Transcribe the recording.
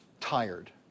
tired